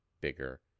bigger